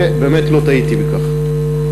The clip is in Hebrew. ובאמת, לא טעיתי בכך.